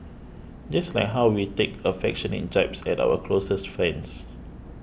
just like how we take affectionate jibes at our closest friends